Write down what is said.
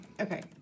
Okay